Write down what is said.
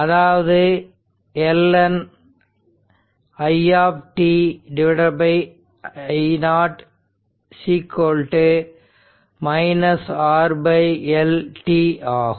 அதாவது ln i I0 R L t ஆகும்